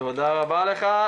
לצערי.